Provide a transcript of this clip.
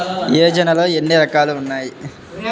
యోజనలో ఏన్ని రకాలు ఉన్నాయి?